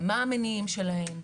מה המניעים שלהם?